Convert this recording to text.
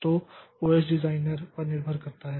तो यह OS designer पर निर्भर करता है